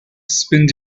spent